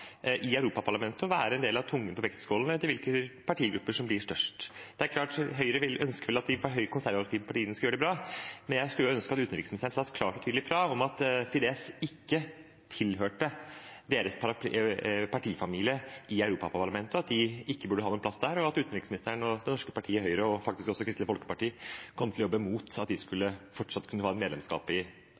i Europaparlamentet og være en del av tungen på vektskålen når det gjelder hvilken partigruppe som blir størst? Det er vel klart at Høyre ønsker at de konservative partiene skal gjøre det bra, men jeg skulle ønske at utenriksministeren sa klart og tydelig ifra om at Fidesz ikke tilhørte deres partifamilie i Europaparlamentet, at de ikke burde ha noen plass der, og at utenriksministeren og det norske partiet Høyre og faktisk også Kristelig Folkeparti kom til å jobbe imot at Fidesz fortsatt skulle kunne ha et medlemskap i